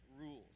rules